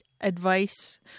advice